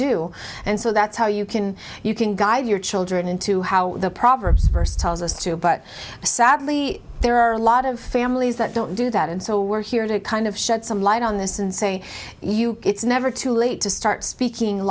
do and so that's how you can you can guide your children into how the proverbs first tells us to but sadly there are a lot of families that don't do that and so we're here to kind of shed some light on this and say you it's never too late to start speaking